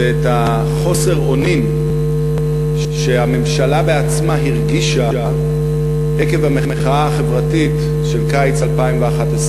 זה חוסר האונים שהממשלה בעצמה הרגישה עקב המחאה החברתית של קיץ 2011,